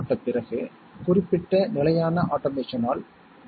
மற்றும் மற்ற எல்லா நிகழ்வுகளும் 0 ஆகும்